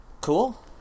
Cool